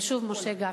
ושוב, משה גפני,